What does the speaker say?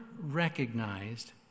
recognized